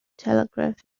telegraph